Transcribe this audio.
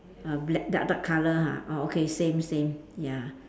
err black dark dark colour ha oh okay same same ya